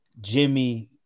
Jimmy